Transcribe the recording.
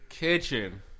Kitchen